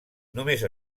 només